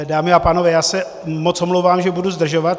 Dámy a pánové, já se moc omlouvám, že budu zdržovat.